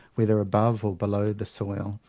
whether above or below the soil,